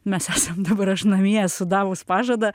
mes esam dabar aš namie esu davus pažadą